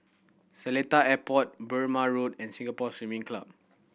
Seletar Airport Burmah Road and Singapore Swimming Club